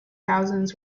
thousands